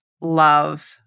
love